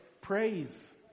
praise